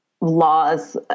laws